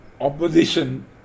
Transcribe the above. opposition